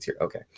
okay